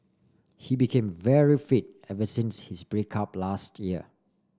he became very fit ever since his break up last year